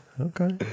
okay